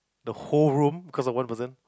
the whole room cause of one person